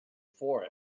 for